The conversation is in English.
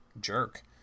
jerk